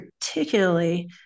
particularly